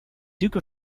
duke